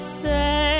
say